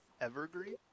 evergreen